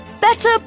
better